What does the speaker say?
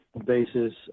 basis